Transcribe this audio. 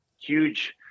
huge